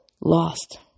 Lost